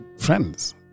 friends